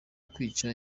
kwica